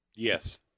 Yes